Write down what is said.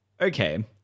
okay